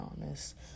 honest